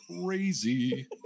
crazy